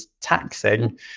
taxing